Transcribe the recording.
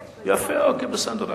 יפה, בסדר.